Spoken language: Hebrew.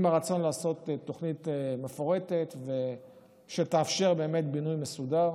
עם הרצון לעשות תוכנית מפורטת שתאפשר באמת בינוי מסודר.